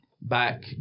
back